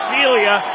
Celia